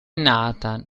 nathan